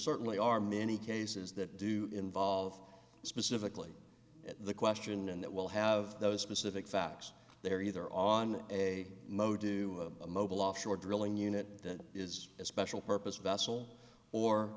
certainly are many cases that do involve specifically the question and that will have those specific facts they're either on a mo do a mobile offshore drilling unit is a special purpose vessel or